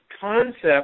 concept